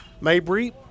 Mabry